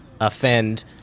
offend